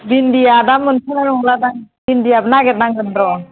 भिन्दिया दा मोनथ'नाय नंलादां भिन्दिया नागिर नांगोन र'